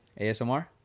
ASMR